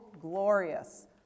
glorious